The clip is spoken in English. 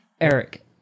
Eric